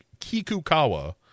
Kikukawa